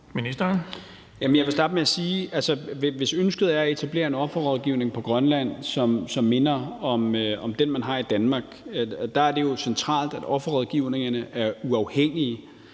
Hummelgaard): Jeg vil starte med at sige, at hvis ønsket er at etablere en offerrådgivning på Grønland, som minder om den, man har i Danmark, så er det jo centralt, at offerrådgivningerne er uafhængige